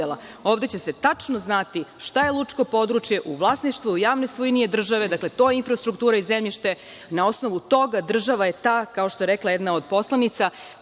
Ovde će se tačno znati šta je lučko područje u vlasništvu, u javnoj svojini je države, dakle, to je infrastruktura i zemljište, na osnovu toga država je ta, kao što je rekla jedna od poslanica,